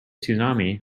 tsunami